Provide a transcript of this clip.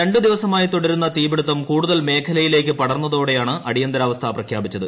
രണ്ട് ദിവസമായി തുടരുന്ന തീപിടിത്തം കൂടുതൽ മേഖലയിലേക്ക് പടർന്നതോടെയാണ് അടിയന്തരാവസ്ഥ പ്രഖ്യാപിച്ചത്